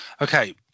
Okay